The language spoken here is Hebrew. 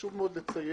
חשוב מאוד לציין